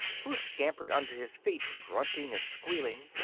who scampered under his feet grunting and squealing,